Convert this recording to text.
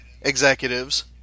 executives